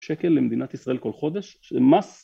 שקל למדינת ישראל כל חודש